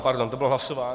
Pardon, to bylo hlasování.